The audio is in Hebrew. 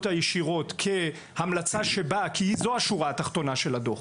הישירות כהמלצה שבאה כי זו השורה התחתונה של הדוח